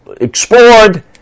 explored